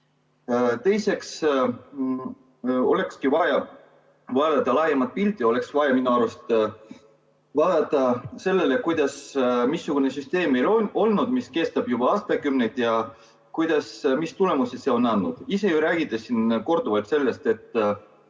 olekski vaja vaadata laiemat pilti, oleks vaja minu arust vaadata sellele, missugune süsteem meil on olnud, mis kestab juba aastakümneid, ja mis tulemusi see on andnud. Ise ju räägite siin korduvalt sellest, et